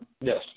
Yes